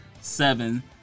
seven